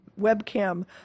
webcam